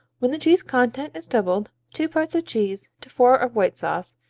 when the cheese content is doubled, two parts of cheese to four of white sauce,